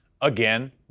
Again